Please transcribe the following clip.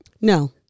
no